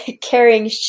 carrying